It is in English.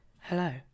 hello